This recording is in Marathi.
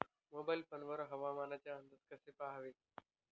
मोबाईल फोन वर हवामानाचे अंदाज कसे पहावे?